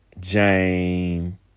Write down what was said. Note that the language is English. Jane